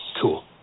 Cool